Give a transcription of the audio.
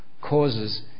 causes